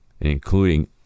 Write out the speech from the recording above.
including